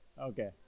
okay